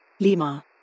Lima